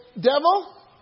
devil